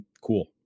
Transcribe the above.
cool